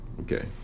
okay